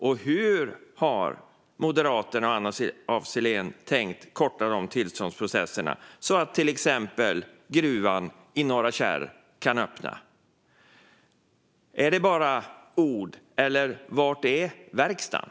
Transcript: Och hur har Moderaterna och Anna af Sillén tänkt korta tillståndsprocesserna så att till exempel gruvan i Norra Kärr kan öppna? Är det bara ord? Var är verkstaden?